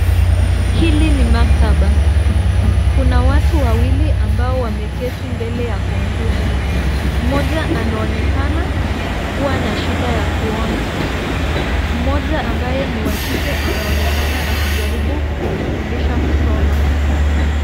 Hili ni maktaba, kuna watu wawili ambao wameketi mbele ya kompyuta mmoja anaonekana kuwa na shida ya kuona. Mmoja ambaye ni wa kike anaonekana akijaribu kumfundisha kusoma.